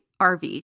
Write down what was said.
RV